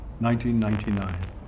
1999